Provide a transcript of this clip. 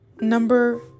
Number